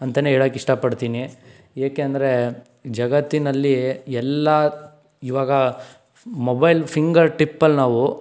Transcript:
ಅಂತನೇ ಹೇಳೋಕ್ಕೆ ಇಷ್ಟಪಡ್ತೀನಿ ಏಕೆಂದರೆ ಜಗತ್ತಿನಲ್ಲಿ ಎಲ್ಲ ಇವಾಗ ಮೊಬೈಲ್ ಫ಼ಿಂಗರ್ ಟಿಪ್ಪಲ್ಲಿ ನಾವು